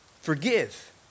forgive